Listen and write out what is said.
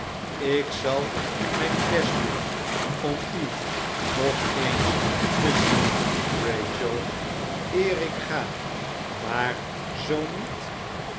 ik zal mijn best doen om u nog eens te zien rachel eer ik ga maar zoo niet